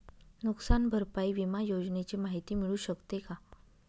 नुकसान भरपाई विमा योजनेची माहिती मिळू शकते का?